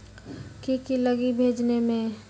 की की लगी भेजने में?